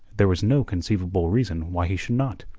there was no conceivable reason why he should not.